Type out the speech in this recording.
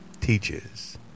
teaches